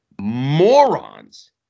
morons